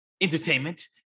Entertainment